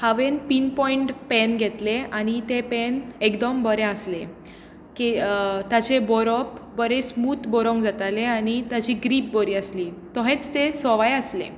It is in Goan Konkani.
हांवें पीन पॉयंट पॅन घेतलें आनी तें पॅन एकदम बरें आसलें की ताचें बरोवप बरें स्मूथ बरोवंक जातालें आनी ताची ग्रिप बरी आसली तशेंच ते सवाय आसलें